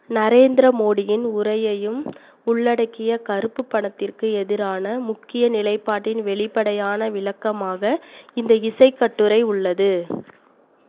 நரேந்திர மோடியின் உரையையும் உள்ளடக்கிய கருப்புப் பணத்திற்கு எதிரான முக்கிய நிலைப்பாட்டின் வெளிப்படையான விளக்கமாக இந்த இசைக் கட்டுரை உள்ளது